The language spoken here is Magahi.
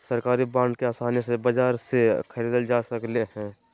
सरकारी बांड के आसानी से बाजार से ख़रीदल जा सकले हें